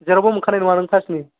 जेरावबो मोनखानाय नङा नों पासनि